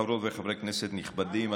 חברות וחברי כנסת נכבדים,